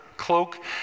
cloak